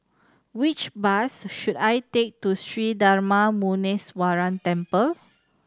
which bus should I take to Sri Darma Muneeswaran Temple